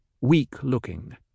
weak-looking